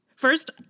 First